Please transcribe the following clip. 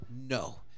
No